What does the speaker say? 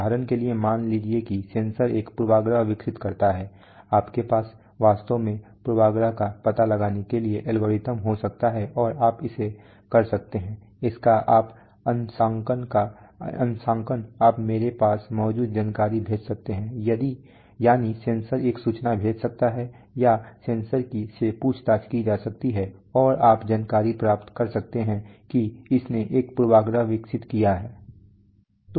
उदाहरण के लिए मान लीजिए कि सेंसर एक पूर्वाग्रह विकसित करता है आपके पास वास्तव में पूर्वाग्रह का पता लगाने के लिए एल्गोरिदम हो सकते हैं और आप इसे कर सकते हैं इसका अपना अंशांकन आप मेरे पास मौजूद जानकारी भेज सकते हैं यानी सेंसर एक सूचना भेज सकता है या सेंसर से पूछताछ की जा सकती है और आप जानकारी प्राप्त कर सकते हैं कि इसने एक पूर्वाग्रह विकसित किया है